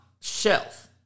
shelf